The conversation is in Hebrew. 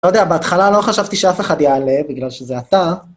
לא יודע, בהתחלה לא חשבתי שאף אחד יעלה, בגלל שזה אתה.